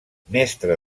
mestre